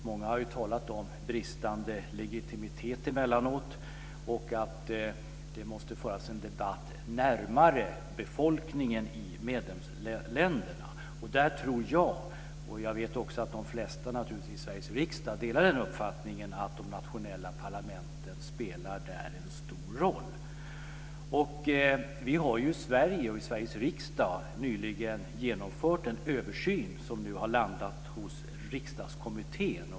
Många har talat om bristande legitimitet emellanåt och att det måste föras en debatt närmare befolkningen i medlemsländerna. Där tror jag, och jag vet att de flesta i Sveriges riksdag delar den uppfattningen, att de nationella parlamenten spelar en stor roll. Vi har i Sverige och i Sveriges riksdag nyligen genomfört en översyn som nu har landat hos Riksdagskommittén.